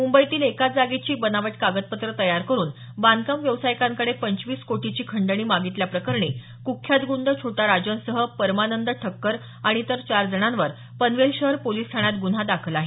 मुंबईतील एकाच जागेची बनावट कागदपत्र तयार करून बांधकाम व्यावसायिकांकडे पंचवीस कोटीची खंडणी मागितल्याप्रकरणी कुख्यात गुंड छोटा राजन सह परमानंद ठक्कर आणि इतर चार जणांवर पनवेल शहर पोलीस ठाण्यात गुन्हा दाखल आहे